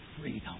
freedom